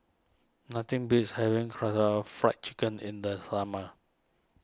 nothing beats having Karaage Fried Chicken in the summer